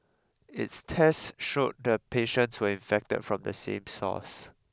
its tests showed the patients were infected from the same source